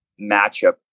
matchup